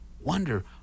wonder